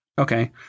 Okay